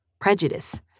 prejudice